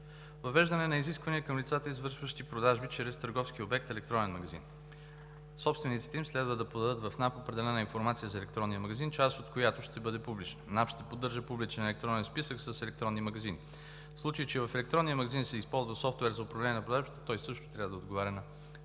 въвеждане на изисквания към лицата, извършващи продажби чрез търговски обект – електронен магазин. Собствениците им следва да подадат в НАП определена информация за електронния магазин, част от която ще бъде публична. Националната агенция за приходите ще поддържа публичен електронен списък с електронни магазини. В случай че в електронния магазин се използва софтуер за управление на продажбите, той също трябва да отговаря на новите изисквания